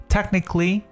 Technically